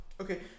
Okay